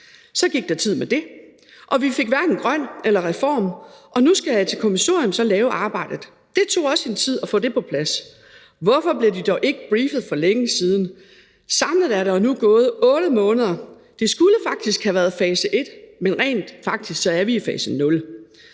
Så gik der tid med det. Og vi fik hverken grøn eller reform, og nu skal en kommission så lave arbejdet. Det tog også sin tid at få det på plads. Hvorfor blev de dog ikke briefet for længe siden. Samlet er der nu gået 8 måneder, og det skulle faktisk have været fase et, men rent faktisk er vi i fase